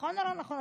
נכון או לא נכון,